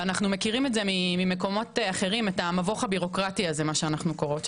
אנו מכירים את המבוך הבירוקרטי הזה ממקומות אחרים.